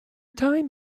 time